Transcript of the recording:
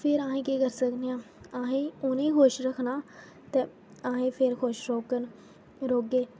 फिर अहे्ं केह् करी सकने आं अहे्ं उ'नें ई खुश रखना ते अहे्ं फिर खुश रौह्ङन